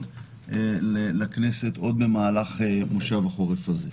הזה לכנסת עוד במהלך מושב החורף הזה.